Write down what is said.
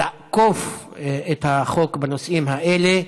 לאכוף את החוק בנושאים האלה,